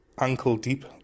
ankle-deep